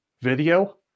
video